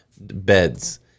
beds